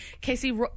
Casey